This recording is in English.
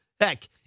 heck